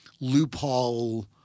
loophole